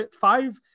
five